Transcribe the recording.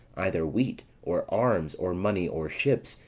either wheat, or arms, or money, or ships,